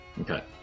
Okay